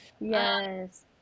Yes